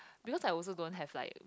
because I also don't have like